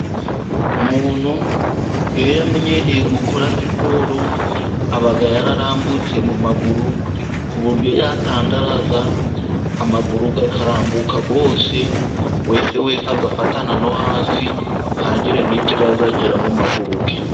Umuntu iyo yamenyereye gukora siporo aba yararambutse mu maguru. Ku buryo yatandaraza amaguru akarambuka yose wese, agafatana no hasi, ntihagire n'ikibazo agira mu maguru ye.